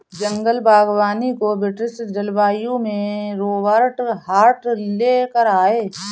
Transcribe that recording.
जंगल बागवानी को ब्रिटिश जलवायु में रोबर्ट हार्ट ले कर आये